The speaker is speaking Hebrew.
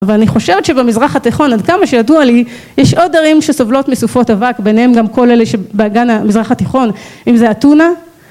ואני חושבת שבמזרח התיכון עד כמה שידוע לי, יש עוד ערים שסובלות מסופות אבק, ביניהם גם כל אלה שבגן המזרח התיכון, אם זה אתונה